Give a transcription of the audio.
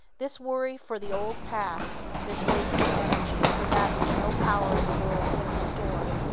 this worry for the old past, this wasted energy, for that which no power in the world can restore,